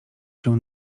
się